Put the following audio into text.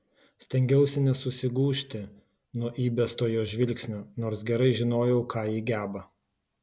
stengiausi nesusigūžti nuo įbesto jos žvilgsnio nors gerai žinojau ką ji geba